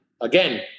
again